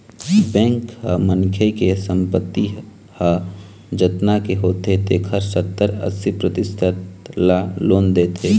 bank ह मनखे के संपत्ति ह जतना के होथे तेखर सत्तर, अस्सी परतिसत ल लोन देथे